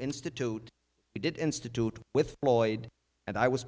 institute we did institute with lloyd and i was